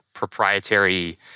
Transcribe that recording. proprietary